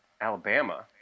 Alabama